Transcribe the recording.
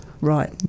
right